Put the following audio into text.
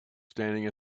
standing